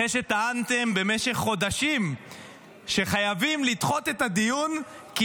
אחרי שטענתם במשך חודשים שחייבים לדחות את הדיון כי